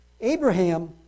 Abraham